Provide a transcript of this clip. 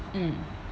mm